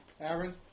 Aaron